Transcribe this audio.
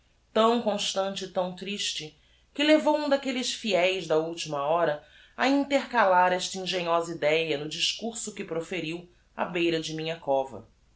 tão constante e tão triste que levou um daquelles fieis da ultima hora a intercalar esta engenhosa idéa no discurso que proferiu á beira de minha cova